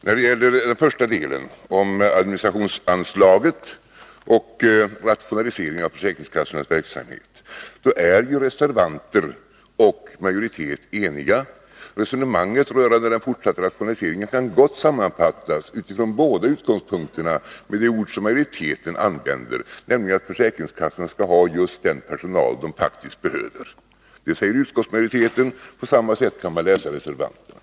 När det gäller första delen, om administrationsanslaget och rationalisering av försäkringskassornas verksamhet, är ju reservanter och utskottsmajoritet eniga. Resonemanget rörande den fortsatta rationaliseringen kan gått sammanfattas utifrån båda utgångspunkterna med de ord som majoriteten använder, nämligen att försäkringskassorna skall ha just den personal de faktiskt behöver. Det säger utskottsmajoriteten, och på samma sätt kan man läsa reservanterna.